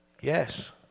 Yes